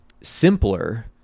simpler